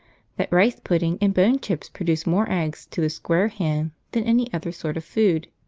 that rice pudding and bone chips produce more eggs to the square hen than any other sort of food.